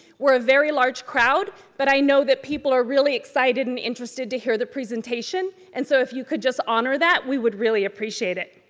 we're a very large crowd, but i know that people are really excited and interested to hear the presentation. and so if you could just honor that we would really appreciate it.